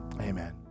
amen